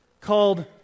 called